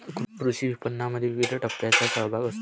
कृषी विपणनामध्ये विविध टप्प्यांचा सहभाग असतो